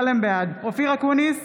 אופיר אקוניס,